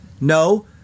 No